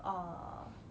err